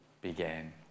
began